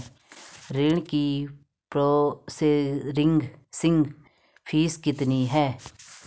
ऋण की processing fees कितनी है?